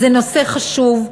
זה נושא חשוב.